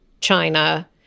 China